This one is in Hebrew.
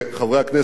חברי הכנסת,